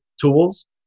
tools